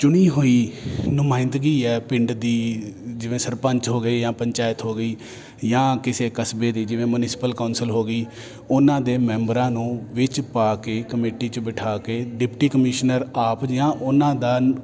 ਚੁਣੀ ਹੋਈ ਨੁਮਾਇੰਦਗੀ ਹੈ ਪਿੰਡ ਦੀ ਜਿਵੇਂ ਸਰਪੰਚ ਹੋ ਗਏ ਜਾਂ ਪੰਚਾਇਤ ਹੋ ਗਈ ਜਾਂ ਕਿਸੇ ਕਸਬੇ ਦੀ ਜਿਵੇਂ ਮਿਊਂਸਪਲ ਕੌਂਸਲ ਹੋ ਗਈ ਉਹਨਾਂ ਦੇ ਮੈਂਬਰਾਂ ਨੂੰ ਵਿੱਚ ਪਾ ਕੇ ਕਮੇਟੀ 'ਚ ਬਿਠਾ ਕੇ ਡਿਪਟੀ ਕਮਿਸ਼ਨਰ ਆਪ ਜਾਂ ਉਹਨਾਂ ਦਾ